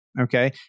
okay